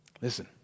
Listen